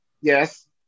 yes